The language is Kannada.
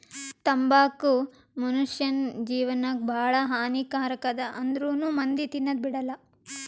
ತಂಬಾಕು ಮುನುಷ್ಯನ್ ಜೇವನಕ್ ಭಾಳ ಹಾನಿ ಕಾರಕ್ ಅದಾ ಆಂದ್ರುನೂ ಮಂದಿ ತಿನದ್ ಬಿಡಲ್ಲ